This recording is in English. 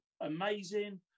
amazing